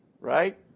right